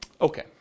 Okay